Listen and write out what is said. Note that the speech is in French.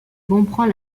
comprend